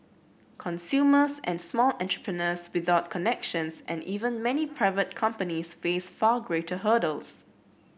consumers and small entrepreneurs without connections and even many private companies face far greater hurdles